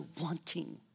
wanting